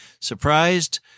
Surprised